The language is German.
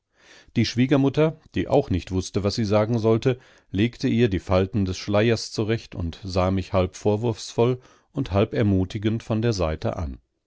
die schwiegermutter die auch nicht wußte was sie sagen sollte legte ihr die falten des schleiers zurecht und sah mich halb vorwurfsvoll und halb ermutigend von der seite an